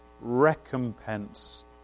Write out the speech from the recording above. recompense